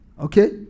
Okay